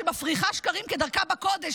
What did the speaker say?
שמפריחה שקרים כדרכה בקודש,